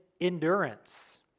endurance